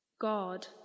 God